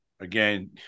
again